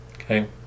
okay